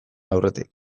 aurretik